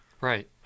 Right